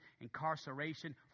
incarceration